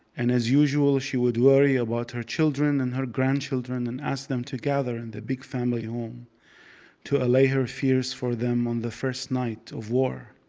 and as usual she would worry about her children and her grandchildren and ask them to gather in the big family home to allay her fears for them on the first night of war.